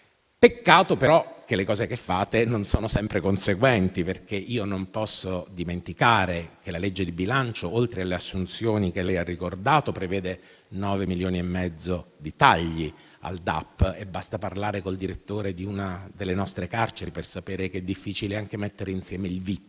peccato però che le cose che fate non siano sempre conseguenti, perché non posso dimenticare che la legge di bilancio, oltre alle assunzioni che lei ha ricordato, prevede 9,5 milioni di tagli al DAP; basta infatti parlare col direttore di una delle nostre carceri per sapere che è difficile anche mettere insieme il